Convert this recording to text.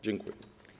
Dziękuję.